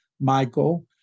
Michael